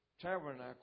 tabernacle